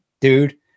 dude